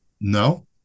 No